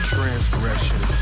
Transgression